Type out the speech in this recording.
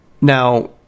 now